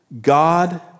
God